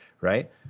right